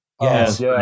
Yes